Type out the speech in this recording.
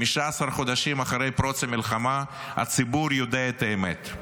15 חודשים אחרי פרוץ המלחמה, הציבור יודע את האמת.